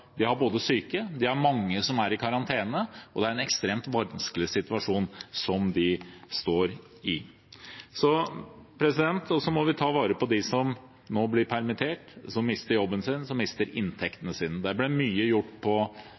de har både syke og mange som er i karantene, så det er en ekstremt vanskelig situasjon de står i. Vi må også ta vare på dem som nå blir permittert, som mister jobben sin, som mister inntekten sin. Der ble mye gjort på